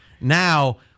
Now